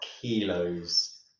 kilos